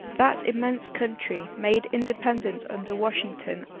that immense country, made independent under washington,